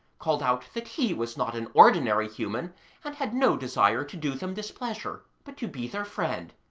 called out that he was not an ordinary human and had no desire to do them displeasure, but to be their friend